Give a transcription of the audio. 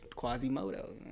Quasimodo